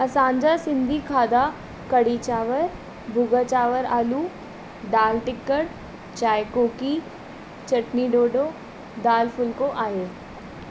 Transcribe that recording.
असांजा सिंधी खाधा कढ़ी चांवर भुॻा चांवर आलू दाल टिकड़ चांहि कोकी चटनी ढोढो दाल फुलिको आहे